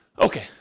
okay